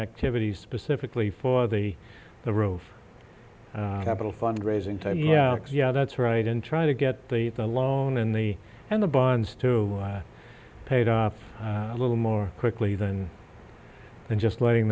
activities specifically for the the roof capital fund raising yeah yeah that's right and try to get the loan and the and the bonds to pay it off a little more quickly than just letting